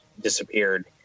disappeared